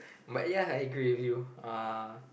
but ya I agree with you uh